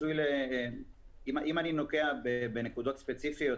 אם אני נוגע בנקודות ספציפיות,